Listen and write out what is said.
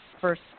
first